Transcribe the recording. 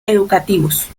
educativos